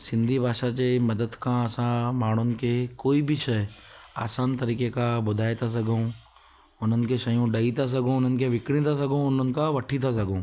सिंधी भाषा जे मदद खां असां माण्हुनि खे कोई बि शइ आसान तरीके खां ॿुधाए था सघूं उन्हनि खे शयूं ॾेई था सघूं उन्हनि खे विकणी था सघूं उन्हनि खां वठी था सघूं